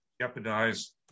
jeopardize